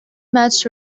match